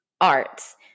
arts